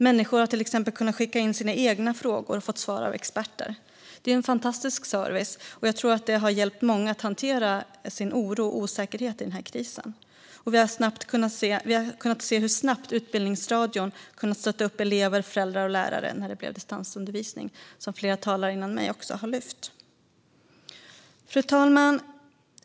Människor har till exempel kunnat skicka in sina egna frågor och få svar av experter. Det är en fantastisk service, och jag tror att det har hjälpt många att hantera sin oro och osäkerhet i krisen. Vi har kunnat se hur snabbt Utbildningsradion har stöttat elever, föräldrar och lärare när det blev distansundervisning, som flera talare före mig också har lyft upp. Fru talman!